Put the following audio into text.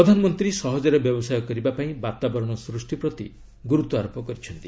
ପ୍ରଧାନମନ୍ତ୍ରୀ ସହଜରେ ବ୍ୟବସାୟ କରିବା ପାଇଁ ବାତାବରଣ ସୃଷ୍ଟି ପ୍ରତି ଗୁରୁତ୍ୱାରୋପ କରିଚ୍ଛନ୍ତି